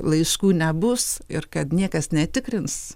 laiškų nebus ir kad niekas netikrins